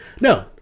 No